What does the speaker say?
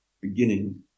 beginning